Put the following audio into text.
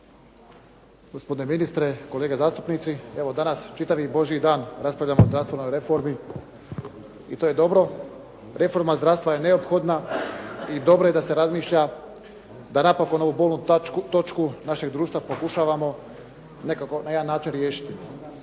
gospodine ministre, kolege zastupnici. Evo danas čitavi božji dan raspravljamo o zdravstvenoj reformi i to je dobro. Reforma zdravstva je neophodna i dobro je da se razmišlja da napokon ovu bolnu točku našeg društva pokušavamo nekako, na jedan način riješiti.